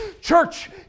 church